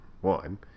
one